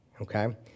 okay